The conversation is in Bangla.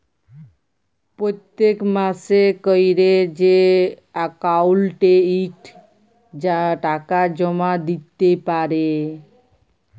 পত্তেক মাসে ক্যরে যে অক্কাউল্টে ইকট টাকা জমা দ্যিতে পারে